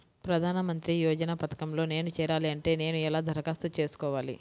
ప్రధాన మంత్రి యోజన పథకంలో నేను చేరాలి అంటే నేను ఎలా దరఖాస్తు చేసుకోవాలి?